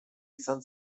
izan